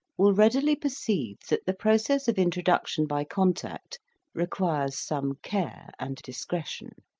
will readily perceive that the process of introduction by contact requires some care and discretion.